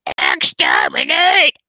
Exterminate